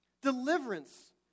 deliverance